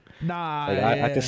Nah